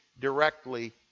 directly